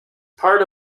part